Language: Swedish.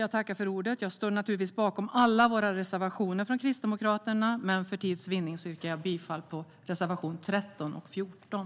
Jag står naturligtvis bakom alla reservationer från Kristdemokraterna, men för tids vinnande yrkar jag bifall bara till reservationerna 13 och 14.